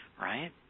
Right